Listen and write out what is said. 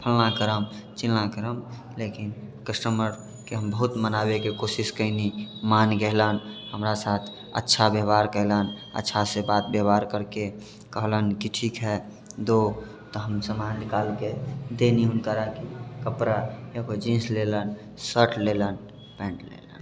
फल्लाँ करब चिल्लाँ करब लेकिन कस्टमरके हम बहुत मनाबैके कोशिश कइनी मानी गेलनि हमरा साथ अच्छा व्यवहार केलनि अच्छासँ बात व्यवहार करिकऽ कहलनि कि ठीक हइ दो तऽ हम सामान निकालिकऽ दै दी हुनकराके एगो जीन्स लेलनि शर्ट लेलनि पैन्ट लेलनि